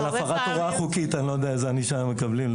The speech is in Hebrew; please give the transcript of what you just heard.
על הפרת הוראה חוקית אני לא יודע איזו ענישה הם מקבלים.